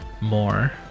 more